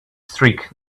streak